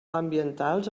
ambientals